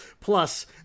Plus